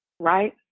right